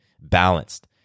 balanced